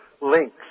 links